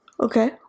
Okay